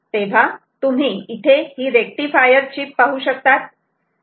तेव्हा तुम्ही इथे ही रेक्टिफायर चीप पाहू शकतात